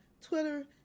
Twitter